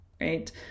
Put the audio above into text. right